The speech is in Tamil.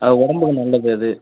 அது உடம்புக்கு நல்லது அது